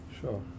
Sure